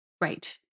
Right